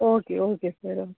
okay okay sir